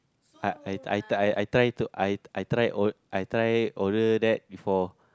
I I I I try to I try or~ I try order that before